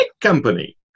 company